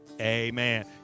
amen